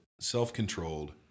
self-controlled